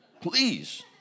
please